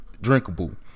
drinkable